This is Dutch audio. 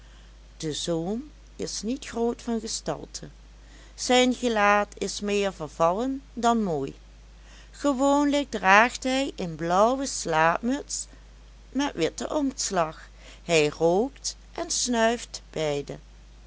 de zoom is niet groot van gestalte zijn gelaat is meer vervallen dan mooi gewoonlijk draagt hij een blauwe slaapmuts met witten omslag hij rookt en snuift beide